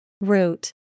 Root